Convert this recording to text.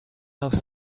else